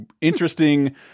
Interesting